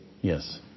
Yes